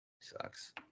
Sucks